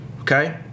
Okay